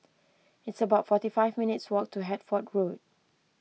it's about forty five minutes' walk to Hertford Road